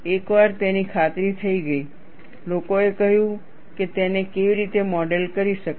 એકવાર તેની ખાતરી થઈ ગઈ લોકોએ કહ્યું કે તેને કેવી રીતે મોડેલ કરી શકાય